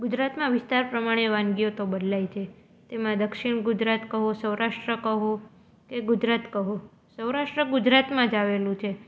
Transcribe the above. ગુજરાતમાં વિસ્તાર પ્રમાણે વાનગીઓ તો બદલાય છે તેમાં દક્ષિણ ગુજરાત કહો સૌરાષ્ટ્ર કહો કે ગુજરાત કહો સૌરાષ્ટ્ર ગુજરાતમાં જ આવેલું છે